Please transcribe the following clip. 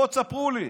בואו תספרו לי.